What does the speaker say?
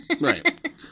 Right